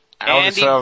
Andy